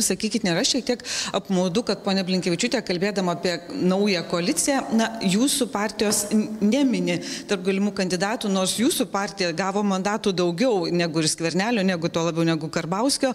sakykit nėra šiek tiek apmaudu kad ponia blinkevičiūtė kalbėdama apie naują koaliciją na jūsų partijos n nemini tarp galimų kandidatų nors jūsų partija gavo mandatų daugiau negu ir skvernelio negu tuo labiau negu karbauskio